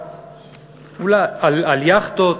על יאכטות,